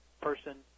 person